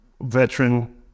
veteran